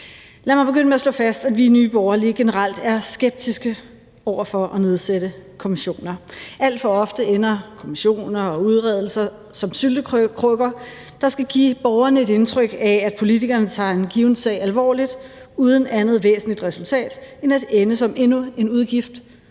Lad mig begynde med at slå fast, at vi i Nye Borgerlige generelt er skeptiske over for at nedsætte kommissioner. Alt for ofte ender kommissioner og udredninger som syltekrukker, der skal give borgerne et indtryk af, at politikerne tager en given sag alvorligt, uden andet væsentligt resultat end at ende som endnu en udgift